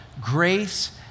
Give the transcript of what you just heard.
grace